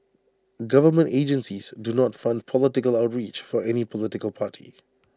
government agencies do not fund political outreach for any political party